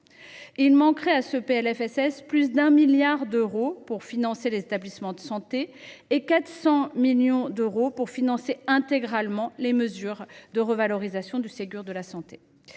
Il manque à ce PLFSS plus de 1 milliard d’euros pour financer les établissements de santé et 400 millions d’euros pour financer intégralement les mesures de revalorisation du Ségur de la santé.